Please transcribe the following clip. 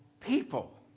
people